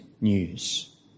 news